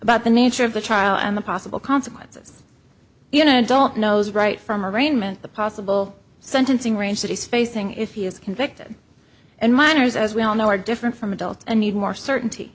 about the nature of the trial and the possible consequences you know adult knows right from arraignment the possible sentencing range that he's facing if he is convicted and minors as we all know are different from adult and need more certainty